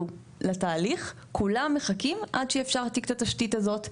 לתהליך וכולם מחכים עד שאפשר יהיה להעתיק את התשתית הזאת.